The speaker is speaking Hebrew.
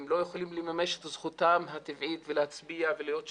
הם לא יכולים לממש את זכותם הטבעית ולהצביע ולהיות שותפים.